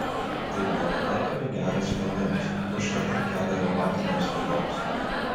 tai buvo pakankamai geras sprendimas užkertant kelią reumatinėms ligoms